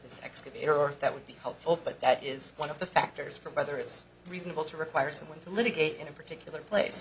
excavator or that would be helpful but that is one of the factors for whether it's reasonable to require someone to litigate in a particular place